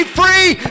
free